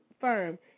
firm